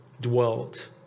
dwelt